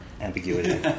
ambiguity